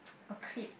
a clip